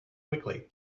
quickly